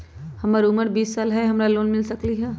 हमर उमर बीस साल हाय का हमरा लोन मिल सकली ह?